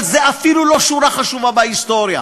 אבל זו אפילו לא שורה חשובה בהיסטוריה.